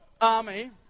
army